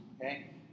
okay